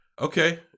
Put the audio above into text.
Okay